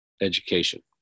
education